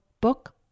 book